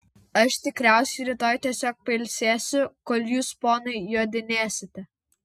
aš tikriausiai rytoj tiesiog pailsėsiu kol jūs ponai jodinėsite